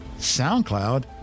SoundCloud